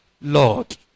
Lord